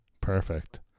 perfect